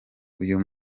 uyu